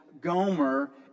Gomer